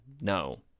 No